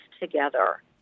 together